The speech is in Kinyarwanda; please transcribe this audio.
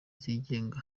zigenga